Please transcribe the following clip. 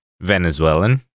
Venezuelan